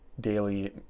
daily